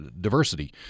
diversity